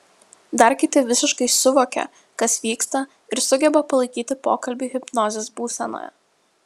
dar kiti visiškai suvokia kas vyksta ir sugeba palaikyti pokalbį hipnozės būsenoje